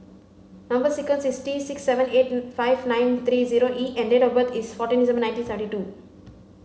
number sequence is T six seven eight five nine three zero E and date of birth is fourteen December nineteen thirty two